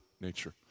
nature